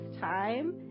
time